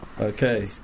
Okay